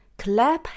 clap